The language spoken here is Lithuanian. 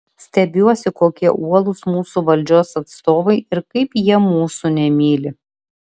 stebiuosi kokie uolūs mūsų valdžios atstovai ir kaip jie mūsų nemyli